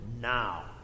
now